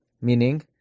Meaning